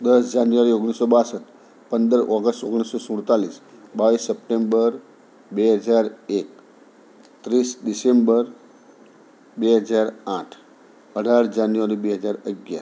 દસ જાન્યુઆરી ઓગણીસો બાસઠ પંદર ઓગસ્ટ ઓગણીસો સુડતાલીસ બાવીસ સપ્ટેમ્બર બે હજાર એક ત્રીસ ડિસેમ્બર બે હજાર આઠ અઢાર જાન્યુઆરી બે હજાર અગિયાર